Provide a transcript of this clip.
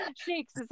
shakes